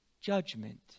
judgment